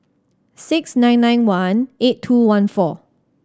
six nine nine one eight two one four